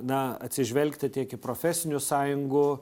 na atsižvelgti tiek į profesinių sąjungų